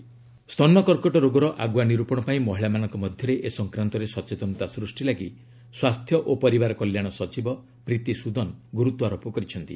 health secretary cancer ସ୍ତନ କର୍କଟ ରୋଗର ଆଗୁଆ ନିରୂପଣ ପାଇଁ ମହିଳାମାନଙ୍କ ମଧ୍ୟରେ ଏ ସଂକ୍ରାନ୍ତରେ ସଚେତନତା ସ୍ଚୁଷ୍ଟି ଲାଗି ସ୍ୱାସ୍ଥ୍ୟ ଓ ପରିବାର କଲ୍ୟାଣ ସଚିବ ପ୍ରୀତି ସୁଦନ ଗୁରୁତ୍ୱାରୋପ କରିଛନ୍ତି